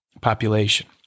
population